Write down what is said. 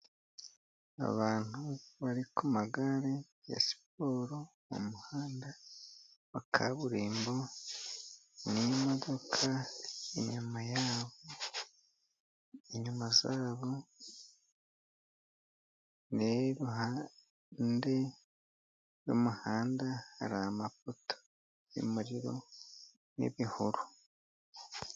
Abantu bari ku magare ya siporo mu muhanda wa kaburimbo n'imodoka inyuma yabo. Inyuma yabo ni iruhande rw'umuhanda hari amapota y'umurimo n'ibihuru.